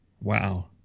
Wow